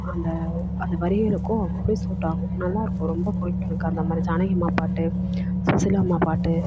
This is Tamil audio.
அந்த அந்த வரிகளுக்கும் அப்படியே சூட் ஆகும் நல்லாயிருக்கும் ரொம்ப பிடிக்கும் எனக்கு அந்த மாதிரி ஜானகி அம்மா பாட்டு சுசிலா அம்மா பாட்டு